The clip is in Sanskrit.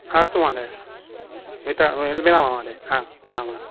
हा अस्तु महोदय मिलाम महोदय हा मिलामः